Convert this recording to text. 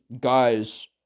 guys